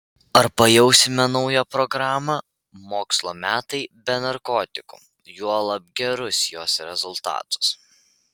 ar pajausime naują programą mokslo metai be narkotikų juolab gerus jos rezultatus